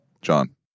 John